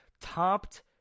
topped